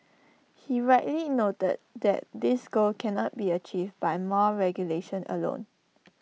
he rightly noted that this goal cannot be achieved by more regulation alone